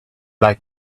like